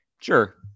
sure